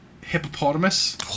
hippopotamus